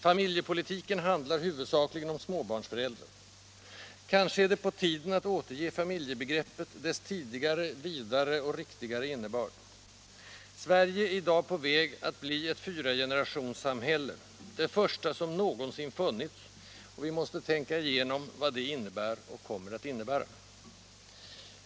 ”Familjepolitiken” handlar huvudsakligen om småbarnsföräldrar. Kanske är det på tiden att återge familjebegreppet den vidare och riktigare innebörd som det tidigare hade. Sverige är i dag på väg att bli ett fyragenerationssamhälle — det första som någonsin funnits — och vi måste tänka igenom vad det innebär och kommer att innebära.